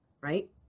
right